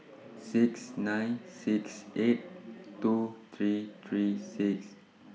six nine six eight two three three six